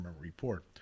report